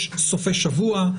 יש סופי שבוע,